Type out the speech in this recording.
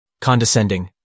condescending